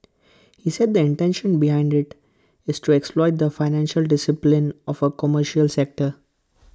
he said the intention behind IT is to exploit the financial discipline of A commercial sector